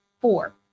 four